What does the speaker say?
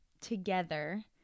together